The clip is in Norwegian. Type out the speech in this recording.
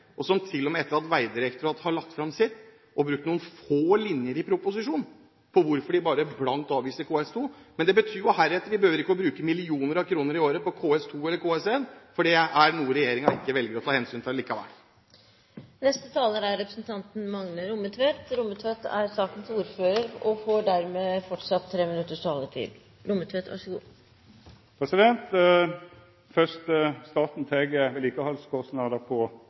til og med etter at Vegdirektoratet har lagt fram sitt, og brukt noen få linjer i proposisjonen på hvorfor de bare blankt avviser KS2. Men det betyr jo at vi heretter ikke behøver bruke millioner av kroner i året på KS2 eller KS1, for det er noe regjeringen ikke velger å ta hensyn til allikevel. Først: Staten tek vedlikehaldskostnader på